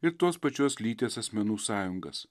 ir tos pačios lyties asmenų sąjungas